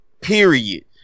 period